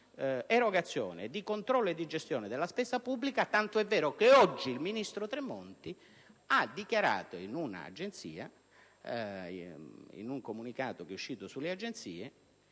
erogazione, di controllo e di gestione della spesa pubblica. Ciò è tanto vero che oggi il ministro Tremonti ha dichiarato, in un comunicato alle agenzie